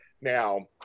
Now